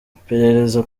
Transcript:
iperereza